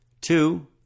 Two